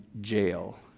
jail